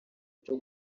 cyo